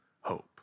hope